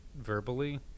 verbally